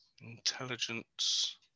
intelligence